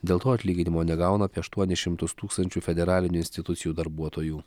dėl to atlyginimo negauna apie aštuonis šimtus tūkstančių federalinių institucijų darbuotojų